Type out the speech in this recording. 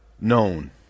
known